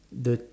the